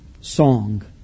song